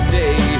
day